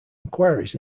inquiries